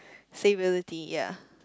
stability ya